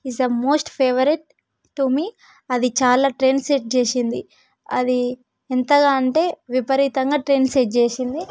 is the most favourite to me అది చాలా trend set చేసింది అది ఎంతగా అంటే విపరీతంగా ట్రెండ్ సెట్ చేసింది